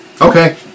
Okay